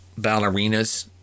ballerinas